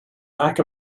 lack